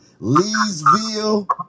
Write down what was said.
Leesville